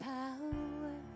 power